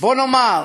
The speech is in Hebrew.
בוא נאמר,